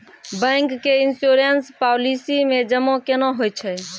Bank के insurance policy मे जमा केना होय छै?